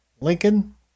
Lincoln